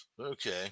Okay